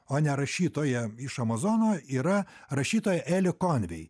o ne rašytoja iš amazono yra rašytoja eli konvei